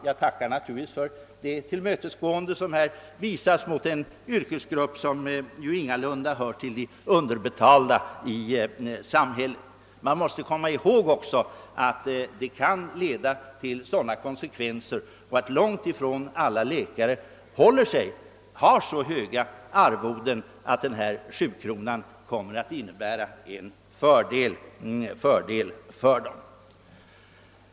Jag tackar för den favör som här givits åt en yrkesgrupp, som ingalunda hör till de underbetalda i samhället. Samtidigt skall man emellertid komma ihåg att långtifrån alla läkare tillämpar sådana arvoden att dessa 7 kronor kommer att innebära en fördel för dem. Herr talman!